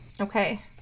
Okay